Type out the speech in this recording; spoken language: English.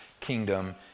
kingdom